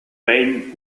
mein